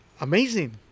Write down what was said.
amazing